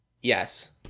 yes